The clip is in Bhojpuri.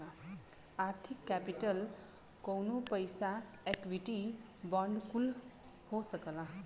आर्थिक केपिटल कउनो पइसा इक्विटी बांड कुल हो सकला